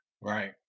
right